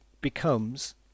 becomes